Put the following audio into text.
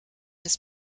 des